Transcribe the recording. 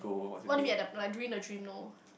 what do you mean at the like during the dream no